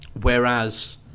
Whereas